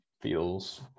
feels